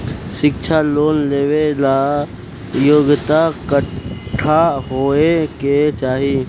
शिक्षा लोन लेवेला योग्यता कट्ठा होए के चाहीं?